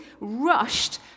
rushed